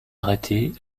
arrêtée